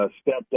stepped